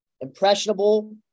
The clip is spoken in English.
impressionable